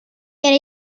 era